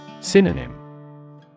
Synonym